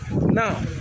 Now